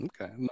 Okay